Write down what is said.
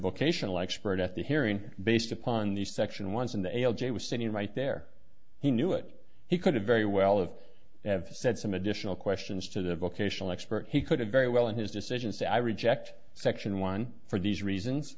vocational expert at the hearing based upon the section once in the l j was sitting right there he knew it he could have very well of have said some additional questions to the vocational expert he could have very well in his decisions i reject section one for these reasons